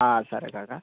సరే కాకా